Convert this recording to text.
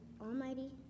almighty